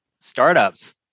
startups